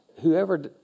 whoever